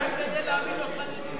רק כדי להעמיד אותך לדין.